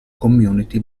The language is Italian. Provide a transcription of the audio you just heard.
community